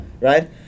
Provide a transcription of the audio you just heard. right